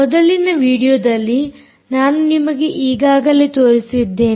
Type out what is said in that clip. ಮೊದಲಿನ ವಿಡಿಯೋದಲ್ಲಿ ನಾನು ನಿಮಗೆ ಈಗಾಗಲೇ ತೋರಿಸಿದ್ದೇನೆ